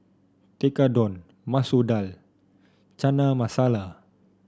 Tekkadon Masoor Dal Chana Masala